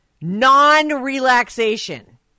non-relaxation